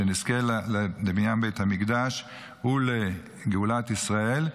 שנזכה לבניין בית המקדש ולגאולת ישראל,